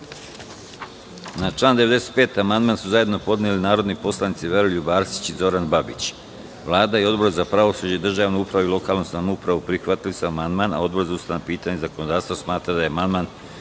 Na član 95. amandman su zajedno podneli narodni poslanici Veroljub Arsić i Zoran Babić. Vlada i Odbor za pravosuđe, državnu upravu i lokalnu samoupravu prihvatili su amandman, a Odbor za ustavna pitanja i zakonodavstvo smatra da je amandman